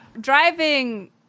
Driving